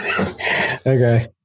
Okay